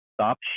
stop